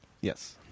Yes